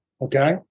Okay